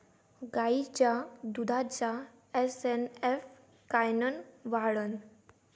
गायीच्या दुधाचा एस.एन.एफ कायनं वाढन?